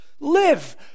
Live